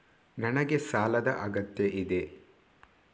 ನನಗೆ ಸಾಲದ ಅಗತ್ಯ ಇದೆ?